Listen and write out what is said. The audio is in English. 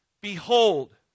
Behold